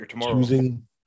choosing